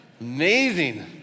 Amazing